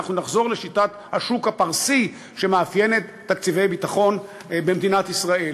ואנחנו נחזור לשיטת השוק הפרסי שמאפיינת תקציבי ביטחון במדינת ישראל: